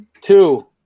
two